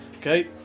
Okay